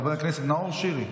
חבר הכנסת נאור שירי,